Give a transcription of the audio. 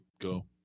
go